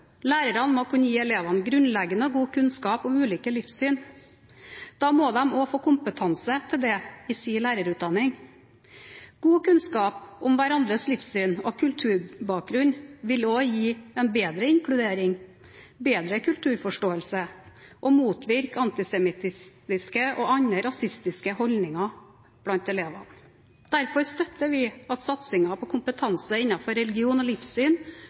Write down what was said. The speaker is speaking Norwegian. Lærerne må kunne gi elevene grunnleggende og god kunnskap om ulike livssyn. Da må de også få kompetanse på dette i sin lærerutdanning. God kunnskap om hverandres livssyn og kulturbakgrunn vil også gi bedre inkludering, bedre kulturforståelse og motvirke antisemittiske og andre rasistiske holdninger blant elevene. Derfor støtter vi at satsingen på kompetanse innenfor religion og livssyn